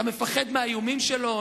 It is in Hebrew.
אתה מפחד מהאיומים שלו?